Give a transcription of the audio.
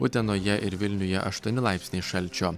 utenoje ir vilniuje aštuoni laipsniai šalčio